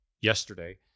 yesterday